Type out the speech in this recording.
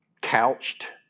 couched